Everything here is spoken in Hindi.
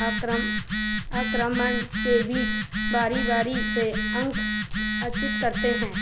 आक्रम आक्रमण के बीच बारी बारी से अंक अर्चित करते हैं